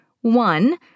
one